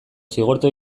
zigortu